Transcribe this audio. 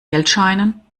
geldscheinen